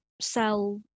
sell